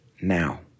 now